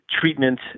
treatment